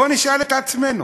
בואו נשאל את עצמנו,